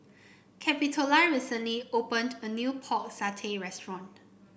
Capitola recently opened a new Pork Satay Restaurant